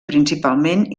principalment